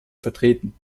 vertreten